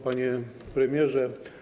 Panie Premierze!